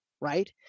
right